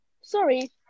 sorry